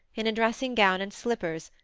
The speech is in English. in a dressing-gown and slippers,